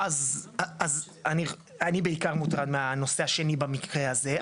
אז, אני בעיקר מוטרד מהנושא השני במקרה הזה.